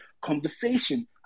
conversation